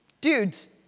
Dudes